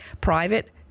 private